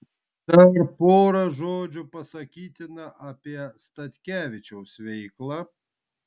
dar pora žodžių pasakytina apie statkevičiaus veiklą